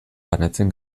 banatzen